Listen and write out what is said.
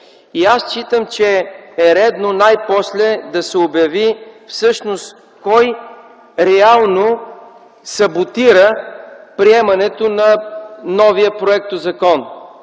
И аз считам, че е редно най-после да се обяви всъщност кой реално саботира приемането на новия законопроект. Защото